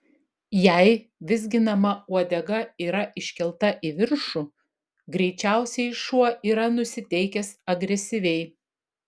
jei vizginama uodega yra iškelta į viršų greičiausiai šuo yra nusiteikęs agresyviai